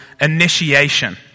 initiation